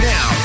Now